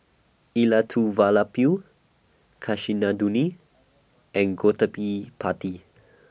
Elattuvalapil Kasinadhuni and Party